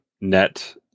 net